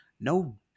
no